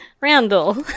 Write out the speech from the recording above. randall